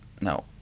no